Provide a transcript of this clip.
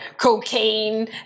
cocaine